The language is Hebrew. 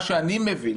למה שאני מבין,